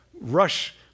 rush